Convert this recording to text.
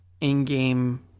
in-game